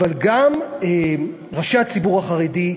אבל גם ראשי הציבור החרדי,